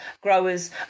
growers